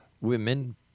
women